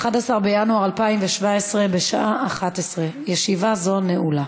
11 בינואר 2017, בשעה 11:00. ישיבה זו נעולה.